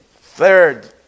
Third